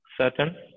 Certain